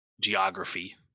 geography